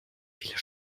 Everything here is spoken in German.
viele